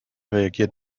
reagiert